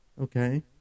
okay